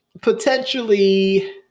potentially